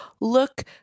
look